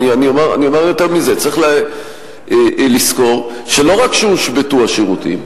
אומר יותר מזה: צריך לזכור שלא רק שהושבתו השירותים,